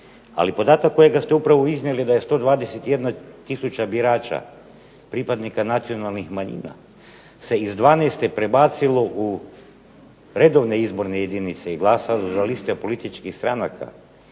Ali podatak kojega ste upravo iznijeli da je 121 tisuća birača pripadnika nacionalnih manjina se iz 12. prebacilo u redovne izborne jedinice i glasalo za liste političkih stranaka